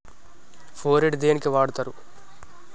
Phorate దేనికి వాడుతరు?